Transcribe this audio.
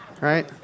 Right